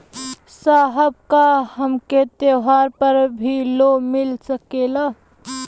साहब का हमके त्योहार पर भी लों मिल सकेला?